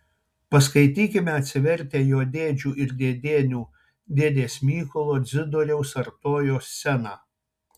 paskaitykime atsivertę jo dėdžių ir dėdienių dėdės mykolo dzidoriaus artojo sceną